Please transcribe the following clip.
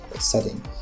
setting